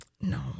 No